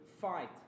fight